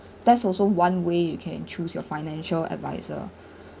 that's also one way you can choose your financial advisor